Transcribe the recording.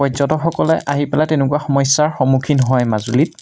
পৰ্যটকসকলে আহি পেলাই তেনেকুৱা সমস্যাৰ সন্মুখীন হয় মাজুলীত